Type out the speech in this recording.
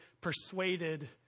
persuaded